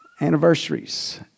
anniversaries